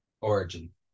Origin